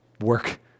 work